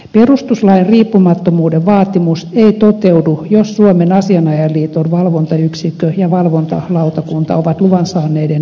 perustuslain riippumattomuuden vaatimus ei toteudu jos suomen asianajajaliiton valvontayksikkö ja valvontalautakunta ovat luvan saaneiden oikeudenkäyntiavustajien valvojina